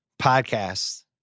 podcasts